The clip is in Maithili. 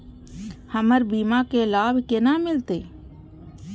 हमर बीमा के लाभ केना मिलते?